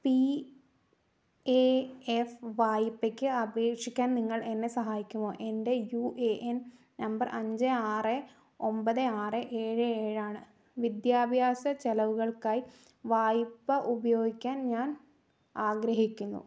P A F വായ്പയ്ക്ക് അപേക്ഷിക്കാൻ നിങ്ങൾ എന്നെ സഹായിക്കുമോ എൻ്റെ യു എ എൻ നമ്പർ അഞ്ച് ആറ് ഒമ്പത് ആറ് ഏഴ് ഏഴാണ് വിദ്യാഭ്യാസ ചെലവുകൾക്കായി വായ്പ ഉപയോഗിക്കാൻ ഞാൻ ആഗ്രഹിക്കുന്നു